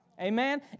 Amen